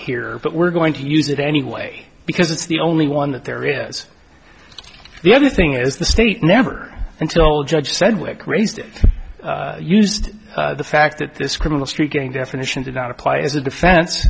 here but we're going to use it anyway because it's the only one that there is the other thing is the state never until judge said wyck raised it used the fact that this criminal street gang definition did not apply as a defen